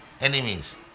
enemies